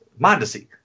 Mondesi